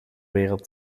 wereld